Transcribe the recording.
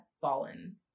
fallen